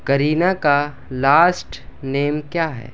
کرینہ کا last name کیا ہے